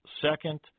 second